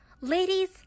Ladies